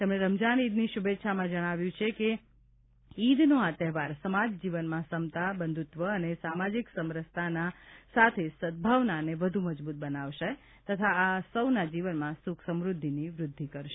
તેમણે રમઝાન ઇદની શુભેચ્છાઓમાં જણાવ્યું છે કે ઇદનો આ તહેવાર સમાજ જીવનમાં સમતા બંધુત્વ અને સામાજિક સમરસના સાથે સંદભાવનાને વધુ મજબૂત બનાવશે તથા સૌના જીવનમાં સુખ સમૃદ્ધિની વૃદ્ધિ કરશે